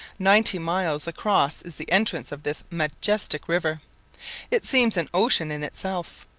ninety miles across is the entrance of this majestic river it seems an ocean in itself.